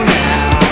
now